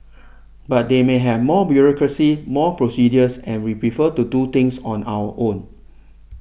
but they may have more bureaucracy more procedures and we prefer to do things on our own